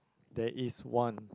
there is one